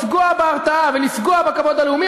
לפגוע בהרתעה ולפגוע בכבוד הלאומי,